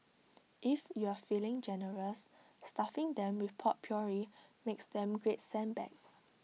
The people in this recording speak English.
if you're feeling generous stuffing them with potpourri makes them great scent bags